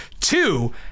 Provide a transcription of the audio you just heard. Two